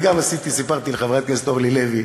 סיפרתי לחברת הכנסת אורלי לוי